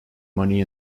money